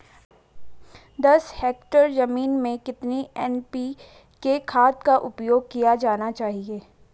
दस हेक्टेयर जमीन में कितनी एन.पी.के खाद का उपयोग किया जाना चाहिए?